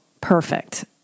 perfect